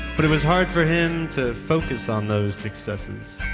but it was hard for him to focus on those successes.